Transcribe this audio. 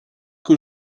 que